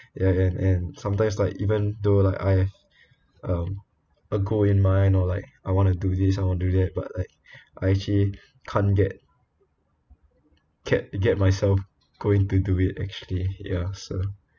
ya and and sometimes like even though like I have um a goal in mind or like I want to do this I want to do that but like I actually can't get get get myself going to do it actually ya so